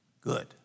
Good